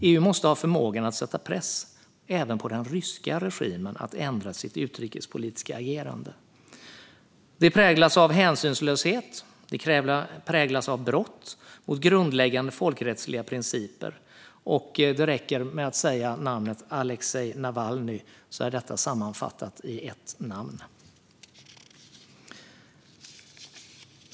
EU måste ha förmågan att sätta press även på den ryska regimen att ändra sitt utrikespolitiska agerande. Det präglas av hänsynslöshet och brott mot grundläggande folkrättsliga principer. Att säga namnet Aleksej Navalnyj räcker som sammanfattning.